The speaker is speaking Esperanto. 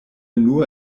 nur